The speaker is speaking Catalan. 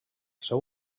seu